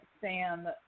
Sam